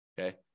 okay